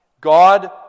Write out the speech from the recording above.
God